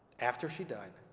after she died,